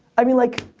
i mean like,